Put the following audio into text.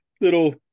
little